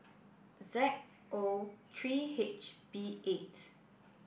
Z O three H B eight